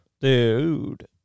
Dude